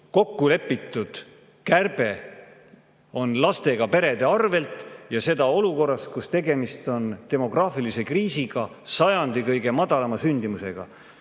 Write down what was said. kokku lepitud kärbe lastega perede arvel. Ja seda olukorras, kus tegemist on demograafilise kriisiga, sajandi kõige madalama sündimusega.